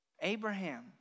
Abraham